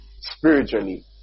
spiritually